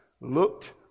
looked